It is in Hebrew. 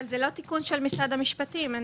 זה לא תיקון של משרד המשפטים.